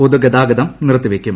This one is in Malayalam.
പൊതുഗതാഗതം നിർത്തിവയ്ക്കും